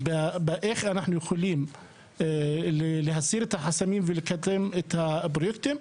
באיך אנחנו יכולים להסיר את החסמים ולקדם את הפרויקטים,